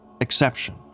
exception